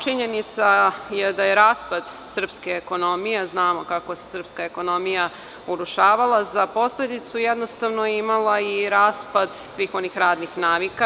Činjenica je da je raspad srpske ekonomije, a znamo kako se srpska ekonomije urušavala za posledicu je jednostavno imala i raspad svih onih radnih navika.